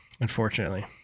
unfortunately